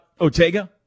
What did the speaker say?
Otega